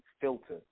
filter